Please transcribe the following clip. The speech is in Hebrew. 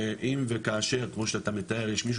שאם וכאשר כמו שאתה מתאר יש מישהו